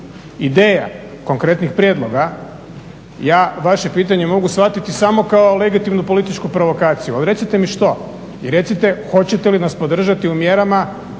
ideja, konkretnih prijedloga ja vaše pitanje mogu shvatiti samo kao legitimnu političku provokaciju, ali recite mi što i recite hoćete li nas podržati u mjerama